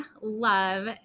love